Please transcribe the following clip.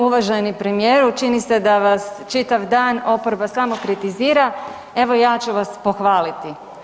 Uvaženi premijeru, čini se da vas čitav dan oporba samo kritizira, evo ja ću vas pohvaliti.